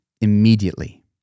immediately